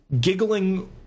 giggling